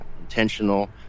intentional